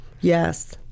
yes